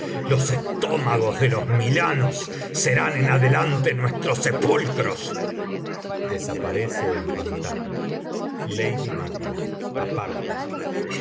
los estómagos de los milanos serán en adelante nuestros sepulcros desaparece el fantasma